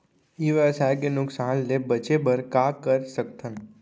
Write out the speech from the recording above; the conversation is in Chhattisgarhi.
ई व्यवसाय के नुक़सान ले बचे बर का कर सकथन?